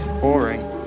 Boring